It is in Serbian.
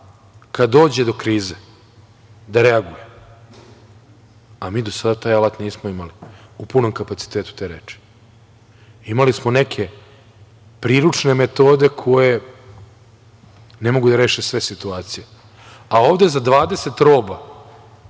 kada dođe do krize da reaguje, a mi do sada taj alat nismo imali u punom kapacitetu te reči. Imali smo neke priručne metode koje ne mogu da reše sve situacije, a ovde za 20 roba,